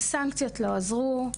סנקציות לא עזרו,